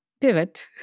pivot